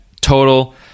total